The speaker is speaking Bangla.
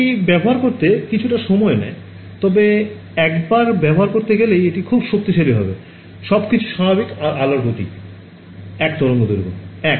এটি ব্যবহার করতে কিছুটা সময় নেয় তবে একবার ব্যবহার করতে গেলেই এটি খুব শক্তিশালী হবে সবকিছু স্বাভাবিক আর আলোর গতি 1 তরঙ্গ দৈর্ঘ্য 1